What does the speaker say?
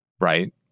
right